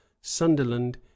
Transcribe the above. sunderland